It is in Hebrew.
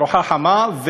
ארוחה חמה.